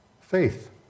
Faith